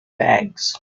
bags